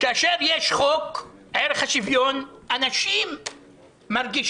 כאשר יש חוק ערך השוויון, אנשים מרגישים